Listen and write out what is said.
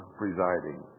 presiding